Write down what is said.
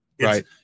Right